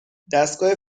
دستگاه